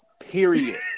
Period